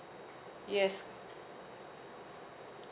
yes